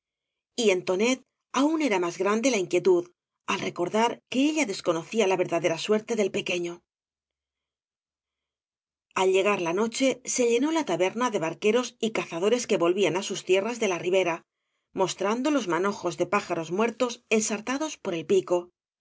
y en tonet aun era más grande la inquietud al recordar que eüa desconocía la verdadera suerte del pequeño al llegar la noche se llenó la taberna de barqueros y cazadores que volvían á sus tierras de la ribera mostrando los manojos de pájaros muertos ensartados por el pico